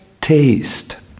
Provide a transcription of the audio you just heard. taste